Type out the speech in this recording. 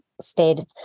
stayed